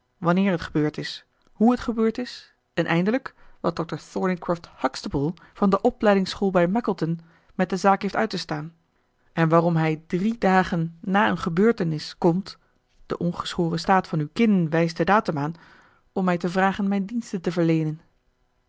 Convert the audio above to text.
wanneer het gebeurd is hoe het gebeurd is en eindelijk wat dr thorneycroft huxtable van de opleidingsschool bij mackleton met de zaak heeft uit te staan en waarom hij drie dagen na een gebeurtenis komt de ongeschoren staat van uw kin wijst den datum aan om mij te vragen mijn diensten te verleenen